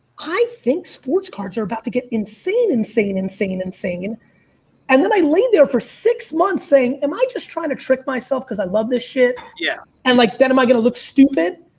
i think sports cards are about to get insane, insane, insane, insane. and then i laid there for six months saying, am i just trying to trick myself cause i love this shit? yeah and like then am i going to look stupid?